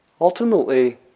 Ultimately